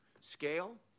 scale